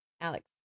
Alex